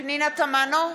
פנינה תמנו,